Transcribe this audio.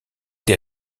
des